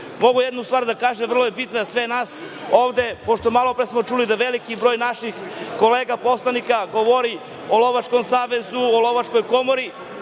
mogu jednu stvar da kažem, vrlo je bitna za sve nas ovde. Pošto smo malopre čuli da veliki broj naših kolega poslanika govori o lovačkom savezu, o Lovačkoj komori,